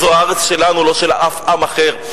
זו הארץ שלנו, לא של אף עם אחר.